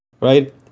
right